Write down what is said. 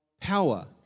power